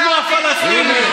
אנחנו הפלסטינים,